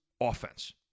offense